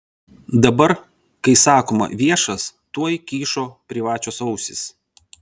dabar kai sakoma viešas tuoj kyšo privačios ausys